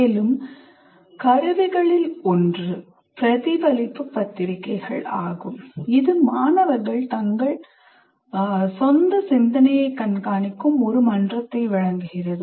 மேலும் கருவிகளில் ஒன்று பிரதிபலிப்பு பத்திரிகைகள் ஆகும் இது மாணவர்கள் தங்கள் சொந்த சிந்தனையை கண்காணிக்கும் ஒரு மன்றத்தை வழங்குகிறது